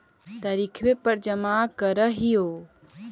तरिखवे पर जमा करहिओ?